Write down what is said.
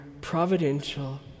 providential